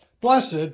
Blessed